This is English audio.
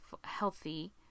healthy